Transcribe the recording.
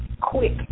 quick